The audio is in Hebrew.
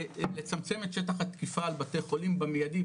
לצמצם את שטח התקיפה על בתי חולים במיידי,